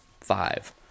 five